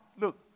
look